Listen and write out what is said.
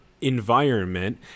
environment